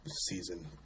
season